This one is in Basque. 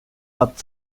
bat